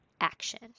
action